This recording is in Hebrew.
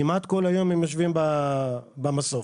והם יושבים במסוף